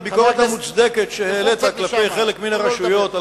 שהביקורת המוצדקת שהעלית כלפי חלק מן הרשויות,